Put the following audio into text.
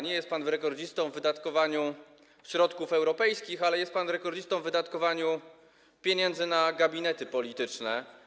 Nie jest pan rekordzistą w wydatkowaniu środków europejskich, ale jest pan rekordzistą w wydatkowaniu pieniędzy na gabinety polityczne.